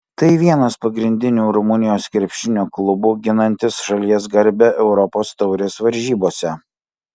tai vienas pagrindinių rumunijos krepšinio klubų ginantis šalies garbę europos taurės varžybose